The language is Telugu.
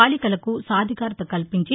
బాలికలకు సాధికారత కల్పించి